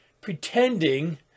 pretending